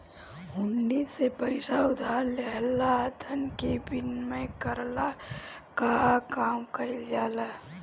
हुंडी से पईसा उधार लेहला धन के विनिमय कईला कअ काम कईल जाला